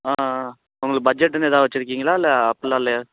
ஆ ஆ உங்களுக்கு பட்ஜெட்டுன்னு எதாவது வச்சிருக்கீங்களா இல்லை அப்படில்லாம் இல்லையா